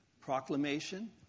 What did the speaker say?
proclamation